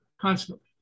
constantly